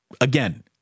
again